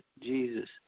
Jesus